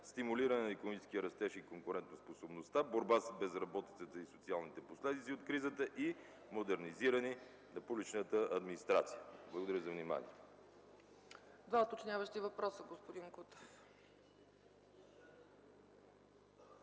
стимулиране на икономическия растеж и конкурентоспособността, борба с безработицата и социалните последици от кризата и модернизиране на публичната администрация. Благодаря за вниманието. ПРЕДСЕДАТЕЛ ЦЕЦКА ЦАЧЕВА: Два уточняващи въпроса – господин Кутев.